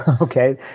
Okay